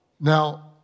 Now